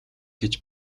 гэж